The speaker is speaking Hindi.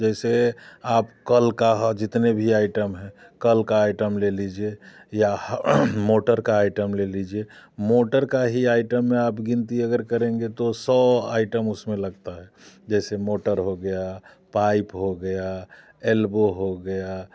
जैसे आप कल का हा जितने भी आइटम हैं कल का आइटम ले लीजिए या मोटर का आइटम ले लीजिए मोटर का ही आइटम में आप गिनती अगर करेंगे तो सौ आइटम उसमें लगता है जैसे मोटर हो गया पाइप हो गया एल्बो हो गया